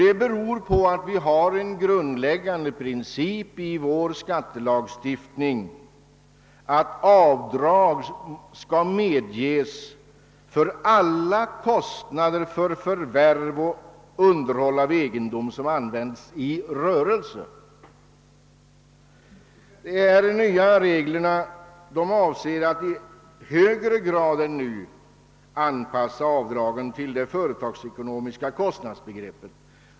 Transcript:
Det beror på att den grundläggande principen i vår skattelagstiftning är att avdrag skall medges för alla kostnader för förvärv och underhåll av egendom som används i rörelse. De nya reglerna avser att i högre grad än nu är fallet anpassa avdraget till företagens ekonomiska kostnadsbegrepp.